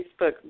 Facebook